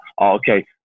okay